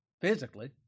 physically